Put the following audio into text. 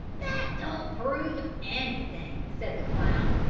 that don't prove anything, said the clown.